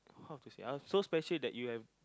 how to say ah so special that you have